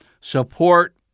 support